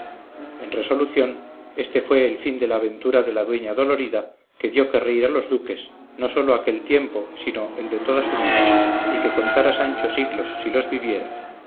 en resolución éste fue el fin de la aventura de la dueña dolorida que dio que reír a los duques no sólo aquel tiempo sino el de toda su vida y que contar a sancho siglos si los viviera